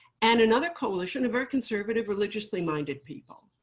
and another coalition of very conservative religiously-minded people.